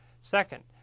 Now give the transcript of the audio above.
Second